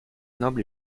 noble